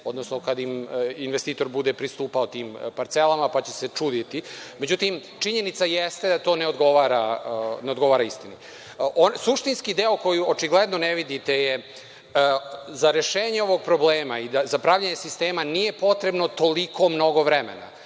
odnosno kada im investitor bude pristupao tim parcelama pa će se čuditi, međutim, činjenica jeste da to ne odgovara istini. Suštinski deo koji očigledno ne vidite je - za rešenje ovog problema i za pravljenje sistema nije potrebno toliko mnogo vremena,